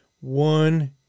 One